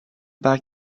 back